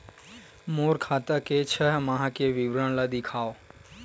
मोर खाता के छः माह के विवरण ल दिखाव?